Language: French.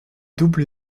double